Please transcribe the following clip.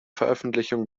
veröffentlichung